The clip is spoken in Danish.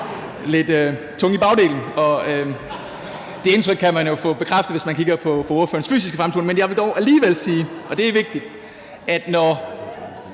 lidt tunge i bagdelen, og det indtryk kan man jo få bekræftet, hvis man kigger på ordførerens fysiske fremtoning. Men jeg vil dog alligevel sige – og det er vigtigt – at når